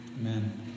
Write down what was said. Amen